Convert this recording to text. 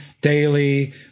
daily